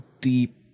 deep